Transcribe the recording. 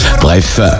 Bref